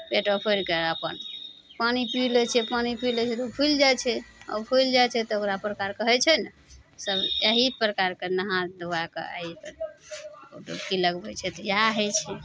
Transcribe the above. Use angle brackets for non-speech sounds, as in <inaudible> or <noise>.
पेटमे <unintelligible> के अपन पानि पी लै छै पानि पी लै छै तऽ उ फुलि जाइ छै आओर फुलि जाइ छै तऽ ओकरा छै प्रकार कहय छै ने सभ अहि प्रकारके नहा धुआके आइ डुबकी लगबय छै तऽ इएहे हइ छै